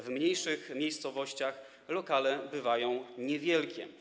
W mniejszych miejscowościach lokale bywają niewielkie.